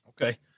Okay